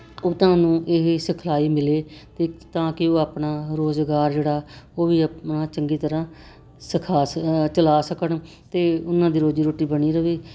ਉਹ ਤੁਹਾਨੂੰ ਇਹ ਸਿਖਲਾਈ ਮਿਲੇ ਅਤੇ ਤਾਂ ਕਿ ਉਹ ਆਪਣਾ ਰੁਜ਼ਗਾਰ ਜਿਹੜਾ ਉਹ ਵੀ ਆਪਣਾ ਚੰਗੀ ਤਰ੍ਹਾਂ ਸਿਖਾ ਸ ਚਲਾ ਸਕਣ ਅਤੇ ਉਹਨਾਂ ਦੀ ਰੋਜ਼ੀ ਰੋਟੀ ਬਣੀ ਰਹੇ